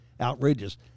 outrageous